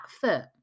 foot